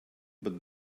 but